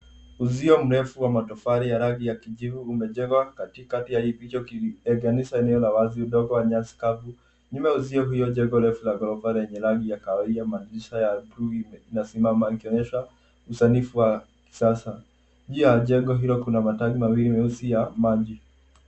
Uzio mrefu wa matofali ya rangi ya kijivu umejengwa katikati ya hii picha ukilitenganisha eneo la wazi, udongo wa nyasi kavu. Nyuma ya uzio hiyo jengo refu la ghorofa lenye rangi ya kahawia, madirisha ya bluu inasimama ikionyesha usanifu wa kisasa. Juu ya jengo hilo kuna matangi mawili meusi ya maji.